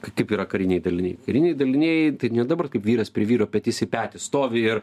kaip tik yra kariniai daliniai kariniai daliniai jie dabar kaip vyras prie vyro petys į petį stovi ir